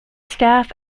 staff